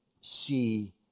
see